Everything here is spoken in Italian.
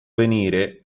venire